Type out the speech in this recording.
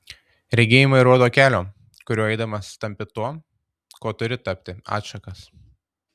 regėjimai rodo kelio kuriuo eidamas tampi tuo kuo turi tapti atšakas